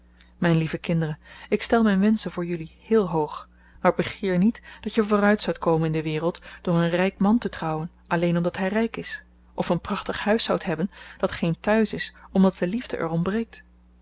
mijn lieve kinderen ik stel mijn wenschen voor jullie heel hoog maar begeer niet dat je vooruit zoudt komen in de wereld door een rijk man te trouwen alleen omdat hij rijk is of een prachtig huis zoudt hebben dat geen thuis is omdat de liefde er ontbreekt